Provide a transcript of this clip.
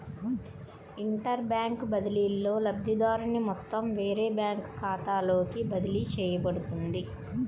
inter bank బదిలీలో, లబ్ధిదారుని మొత్తం వేరే బ్యాంకు ఖాతాలోకి బదిలీ చేయబడుతుంది